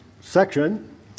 section